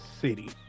City